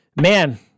man